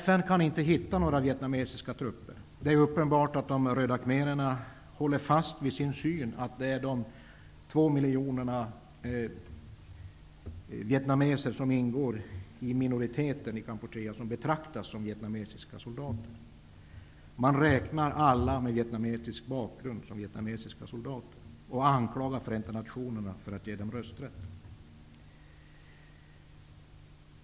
FN kan inte hitta några vietnamesiska trupper, men de röda khmererna håller fast vid att de 2 miljoner vietnameser som ingår som en minoritet i Kambodja skall betraktas som vietnamesiska soldater. Man räknar alla med vietnamesisk bakgrund som vietnamesiska soldater, och man anklagar Förenta nationerna för att ge dem rösträtt.